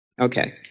Okay